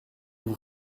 vous